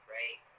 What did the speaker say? right